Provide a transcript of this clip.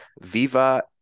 Viva